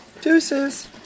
Deuces